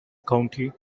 county